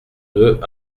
deux